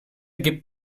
gibt